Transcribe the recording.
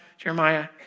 Jeremiah